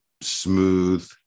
smooth